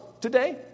today